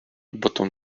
bottom